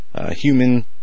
human